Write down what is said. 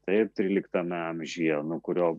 taip tryliktame amžiuje nuo kurio